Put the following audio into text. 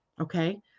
Okay